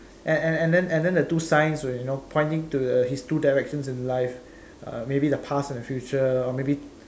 and and and then and then the two signs were you know pointing to the his two directions in life uh maybe the past and the future or maybe